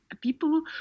people